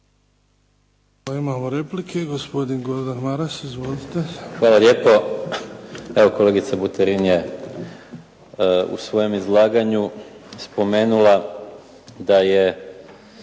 Imamo replike. Gospodin Gordan Maras. Izvolite. **Maras, Gordan (SDP)** Hvala lijepo. Evo kolegica Butarin je u svojem izlaganju spomenula da je